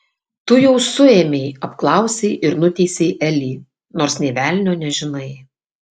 tu jau suėmei apklausei ir nuteisei elį nors nė velnio nežinai